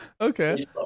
Okay